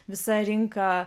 visa rinka